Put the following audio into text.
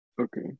Okay